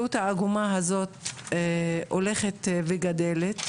המציאות העגומה הזאת הולכת וגדלה,